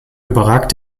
überragt